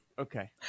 Okay